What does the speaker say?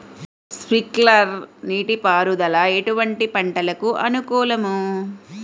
Sprinkler నీటిపారుదల ఎటువంటి పంటలకు అనుకూలము?